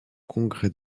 congrès